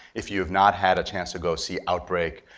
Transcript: if you have not had a chance to go see outbreak